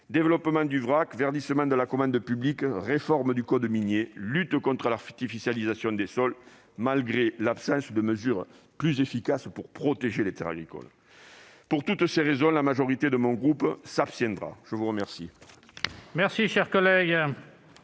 développement du vrac, verdissement de la commande publique, réforme du code minier, lutte contre l'artificialisation des sols, malgré l'absence de mesures véritablement efficaces pour protéger les terres agricoles ... Pour toutes ces raisons, la majorité de mon groupe s'abstiendra. La parole est à Mme Marie-Claude